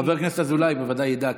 חבר הכנסת אזולאי בוודאי ידע,